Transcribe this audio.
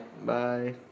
Bye